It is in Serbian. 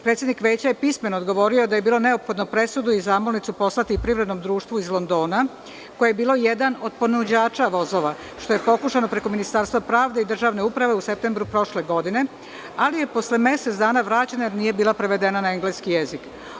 Predsednik Veća je pismeno odgovorio da je bilo neophodno presudu i zamolnicu poslati Privrednom društvu iz Londona, koje je bilo jedan od ponuđača vozova, što je pokušano preko Ministarstva pravde i državne uprave u septembru prošle godine, ali je posle mesec dana vraćena, jer nije bila prevedena na engleski jezik.